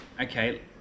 Okay